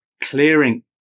clearing